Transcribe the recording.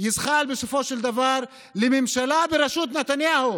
יזחל בסופו של דבר לממשלה בראשות נתניהו,